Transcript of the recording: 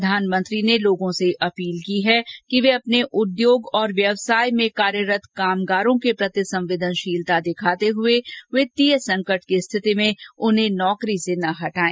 प्रधानमंत्री ने लोगों से अपील की कि वे अपने उद्योग और व्यवसाय में कार्यरत कामगारों के प्रति संवेदनशीलता दिखाते हुए वित्तीय संकट की स्थिति में उन्हें नौकरी से न हटाएं